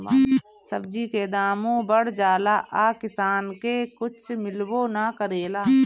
सब्जी के दामो बढ़ जाला आ किसान के कुछ मिलबो ना करेला